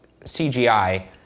CGI